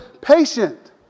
patient